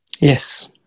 yes